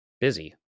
busy